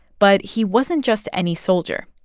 but he wasn't just any soldier,